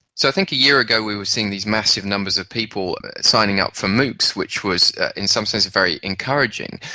so i think a year ago we were seeing these massive numbers of people signing up for moocs, which was in some sense very encouraging.